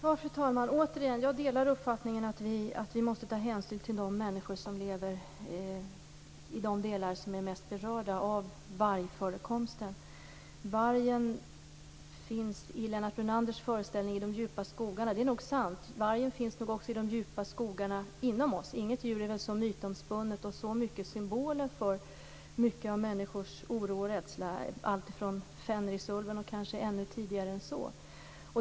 Fru talman! Jag vill återigen säga att jag delar uppfattningen att vi måste ta hänsyn till de människor som lever i de delar av landet som är mest berörda av vargförekomsten. Vargen finns i Lennart Brunanders föreställningar i de djupa skogarna. Det är nog sant. Vargen finns nog också i de djupa skogarna inom oss. Inget djur är väl så mytomspunnet och i så stor utsträckning symbol för människors oro och rädsla. Det gäller Fenrisulven, och det gäller kanske tidigare än så.